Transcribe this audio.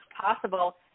possible